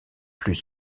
plus